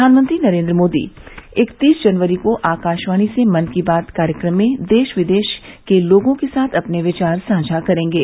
प्रधानमंत्री नरेंद्र मोदी इकतीस जनवरी को आकाशवाणी से मन की बात कार्यक्रम में देश विदेश के लोगों के साथ अपने विचार साझा करेंगे